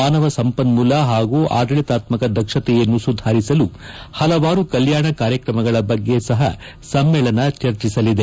ಮಾನವ ಸಂಪನ್ಮೂಲ ಪಾಗೂ ಆಡಳಿತಾತ್ಮಕ ದಕ್ಷತೆಯನ್ನು ಸುಧಾರಿಸಲು ಪಲವಾರು ಕಲ್ಯಾಣ ಕಾರ್ಯಕ್ರಮಗಳ ಬಗ್ಗೆ ಸಪ ಸಮ್ಮೇಳನ ಚರ್ಚಿಸಲಿದೆ